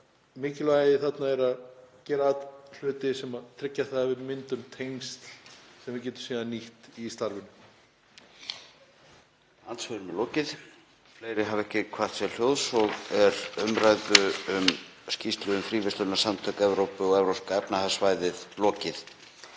mikilvæga þarna sé að gera hluti sem tryggja að við myndum tengsl sem við getum síðan nýtt í starfinu.